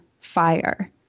Fire